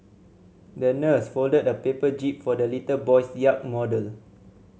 the nurse folded a paper jib for the little boy's yacht model